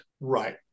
right